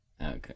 okay